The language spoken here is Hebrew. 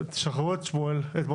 אנחנו